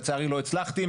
לצערי לא הצלחתי.